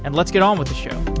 and let's get on with the show